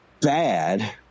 bad